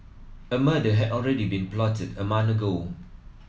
a murder had already been plotted a month ago